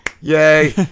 Yay